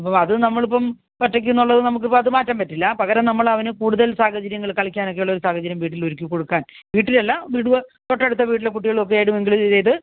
അത് നമ്മൾ ഇപ്പം ഒറ്റക്കെന്നുളളത് നമുക്ക് അത് മാറ്റാൻ പറ്റില്ല പകരം നമ്മൾ അവന് കൂടുതൽ സാഹചര്യങ്ങൾ കളിക്കാനൊക്കെയുള്ള സാഹചര്യം വീട്ടിൽ ഒരുക്കി കൊടുക്കാൻ വീട്ടിലല്ല വീടു തൊട്ടടുത്തെ വീട്ടിലേ കുട്ടികളുമായൊക്കെ മിങ്കിൾ ചെയ്ത്